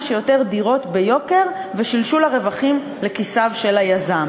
שיותר דירות ביוקר ושלשול הרווחים לכיסיו של היזם.